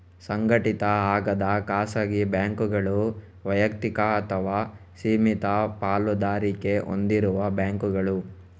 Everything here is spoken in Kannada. ಸಂಘಟಿತ ಆಗದ ಖಾಸಗಿ ಬ್ಯಾಂಕುಗಳು ವೈಯಕ್ತಿಕ ಅಥವಾ ಸೀಮಿತ ಪಾಲುದಾರಿಕೆ ಹೊಂದಿರುವ ಬ್ಯಾಂಕುಗಳು